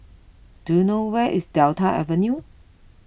do you know where is Delta Avenue